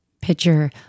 Picture